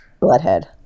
bloodhead